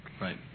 Right